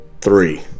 three